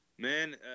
Man